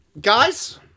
guys